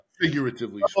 figuratively